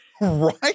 Right